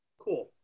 cool